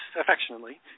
affectionately